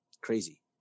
crazy